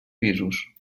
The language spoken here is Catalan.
pisos